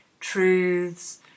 truths